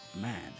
man